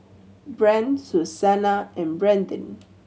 Brant Susannah and Brandyn